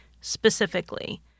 specifically